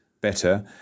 better